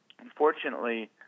unfortunately